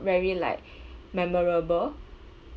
very like memorable